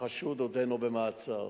החשוד עודנו במעצר.